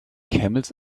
camels